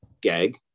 gag